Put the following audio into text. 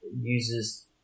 uses